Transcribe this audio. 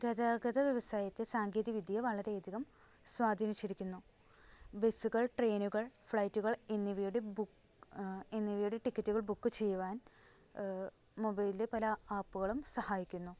ഗതാഗത വ്യവസായത്തെ സാങ്കേതികവിദ്യ വളരെയധികം സ്വാധീനിച്ചിരിക്കുന്നു ബസ്സുകൾ ട്രെയിനുകൾ ഫ്ലൈറ്റുകൾ എന്നിവയുടെ ബു എന്നിവയുടെ ടിക്കറ്റുകൾ ബുക്ക് ചെയ്യുവാൻ മൊബൈലിലെ പല ആപ്പുകളും സഹായിക്കുന്നു